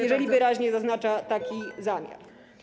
jeżeli wyraźnie zaznacza taki zamiar.